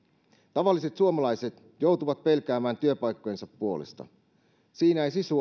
tavalliset suomalaiset joutuvat pelkäämään työpaikkojensa puolesta siinä ei sisu